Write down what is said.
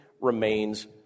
remains